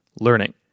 learning